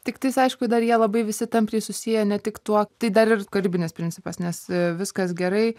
tiktais aišku dar jie labai visi tampriai susiję ne tik tuo tai dar ir kūrybinis principas nes viskas gerai